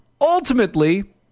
Ultimately